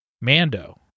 Mando